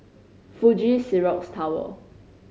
Fuji Xerox Tower